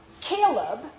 Caleb